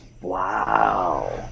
Wow